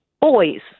boys